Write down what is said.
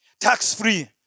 Tax-free